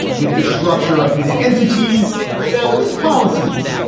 with the structure of his entities. and now with his policies.